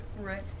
Right